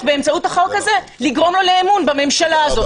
באמצעות החוק הזה לגרום לו להאמין בממשלה הזאת.